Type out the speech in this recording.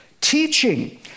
teaching